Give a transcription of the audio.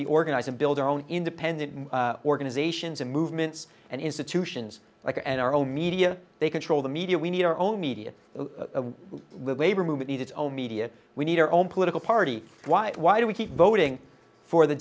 be organize and build our own independent organizations and movements and institutions like and our own media they control the media we need our own media a labor movement needs its own media we need our own political party why why do we keep voting for the